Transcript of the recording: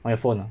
iPhone